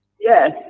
yes